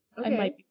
Okay